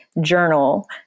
journal